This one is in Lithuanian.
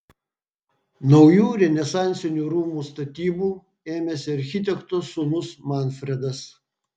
naujų renesansinių rūmų statybų ėmėsi architekto sūnus manfredas